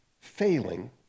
failing